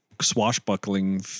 swashbuckling